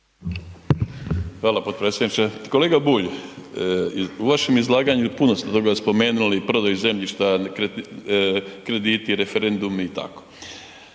Hvala, potpredsjedniče. Kolega Bulj, u vašem izlaganju puno ste toga spomenuli, prodaju zemljišta, krediti, referendumi i tako.